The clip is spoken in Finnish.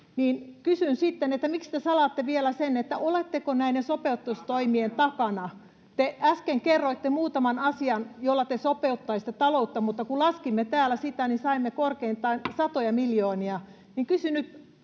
kysyn, miksi te salaatte vielä sen, oletteko näiden sopeutustoimien takana. Te äsken kerroitte muutaman asian, joilla te sopeuttaisitte taloutta, mutta kun laskimme täällä niitä, saimme korkeintaan